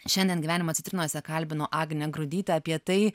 šiandien gyvenimo citrinose kalbinu agnę grudytę apie tai